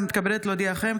אני מתכבדת להודיעכם,